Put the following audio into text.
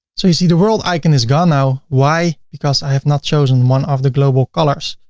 so you see the world icon is gone now, why? because i have not chosen one of the global colors.